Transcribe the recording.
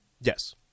Yes